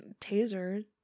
taser